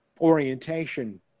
orientation